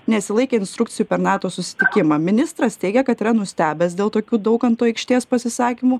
nesilaikė instrukcijų per nato susitikimą ministras teigia kad yra nustebęs dėl tokių daukanto aikštės pasisakymų